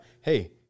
Hey